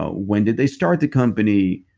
ah when did they start the company?